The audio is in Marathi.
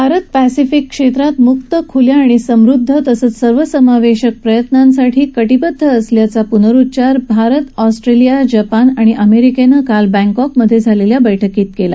भारत पॅसिफिक क्षेत्रात मुक्त खुल्या समृद्ध आणि सर्वसमावेशक प्रयत्नांसाठी कटिबद्ध असल्याचा प्नरुच्चार भारत ऑस्ट्रेलिया जपान आणि अमेरिकेनं काल बँकॉकमध्ये झालेल्या बैठकीत केला